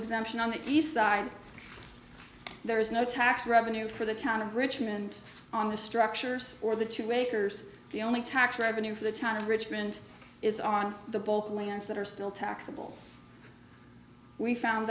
exemption on the east side there is no tax revenue for the town of richmond on the structures or the two acres the only tax revenue for the town of richmond is on the both lands that are still taxable we found